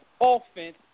offense